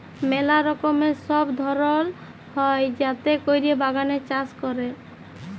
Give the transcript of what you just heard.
ম্যালা রকমের সব ধরল হ্যয় যাতে ক্যরে বাগানে চাষ ক্যরে